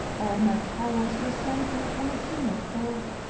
all my powers were centered on a single thought,